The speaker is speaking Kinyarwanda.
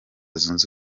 zunze